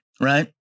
Right